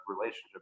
relationship